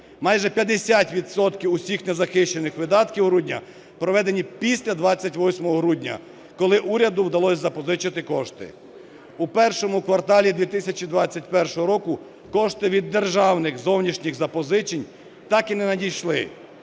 відсотків усіх незахищених видатків грудня проведені після 28 грудня, коли уряду вдалось запозичити кошти. У першому кварталі 2021 року кошти від державних зовнішніх запозичень так і не надійшли.